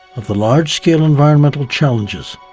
of the large scale environmental challenges,